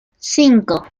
cinco